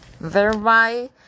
thereby